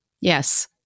Yes